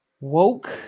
Woke